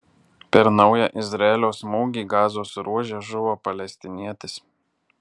per naują izraelio smūgį gazos ruože žuvo palestinietis